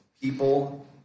people